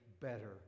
better